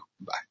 Bye